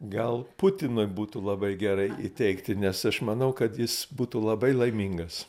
gal putinui būtų labai gerai įteikti nes aš manau kad jis būtų labai laimingas